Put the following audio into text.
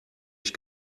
ich